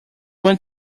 want